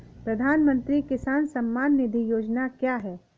प्रधानमंत्री किसान सम्मान निधि योजना क्या है?